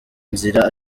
nzira